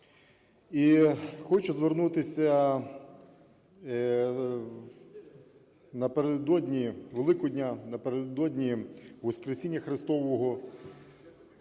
І хочу звернутися напередодні Великодня, напередодні Воскресіння Христового,